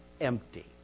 empty